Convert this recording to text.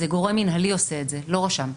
עושה את זה גורם מינהלי ולא רשם.